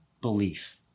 belief